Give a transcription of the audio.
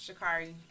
Shakari